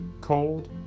cold